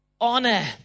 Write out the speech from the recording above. honor